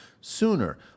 sooner